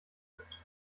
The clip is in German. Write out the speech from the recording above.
ist